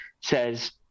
says